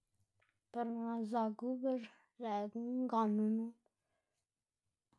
par na' zaku ber lëꞌkga nganu nup.